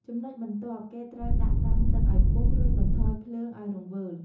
ចំណុចបន្ទាប់ គេត្រូវដាក់ដាំទឹកឱ្យពុះ រួចបន្ថយភ្លើងឱ្យរង្វើល។